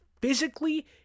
physically